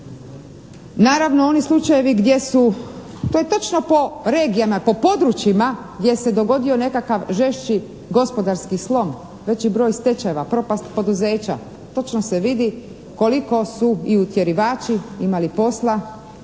Naravno oni slučajevi gdje su, to je točno po regijama, po područjima jer se dogodio nekakav žešći gospodarski slom, znači broj stečajeva, propast poduzeća. Točno se vidi koliko su i utjerivači imali posla,